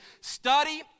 Study